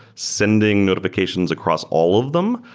sending notifi cations across all of them,